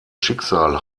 schicksal